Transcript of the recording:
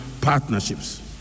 partnerships